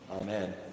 Amen